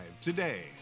today